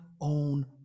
own